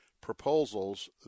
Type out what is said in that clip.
proposals